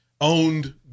owned